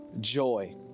joy